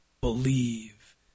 Believe